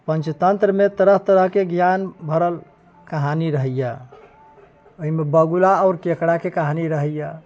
पञ्चतन्त्रमे तरह तरहके ज्ञान भरल कहानी रहैए अइमे बगुला आओर केकड़ाके कहानी रहैए